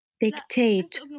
dictate